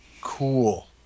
cool